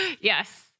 Yes